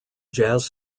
jazz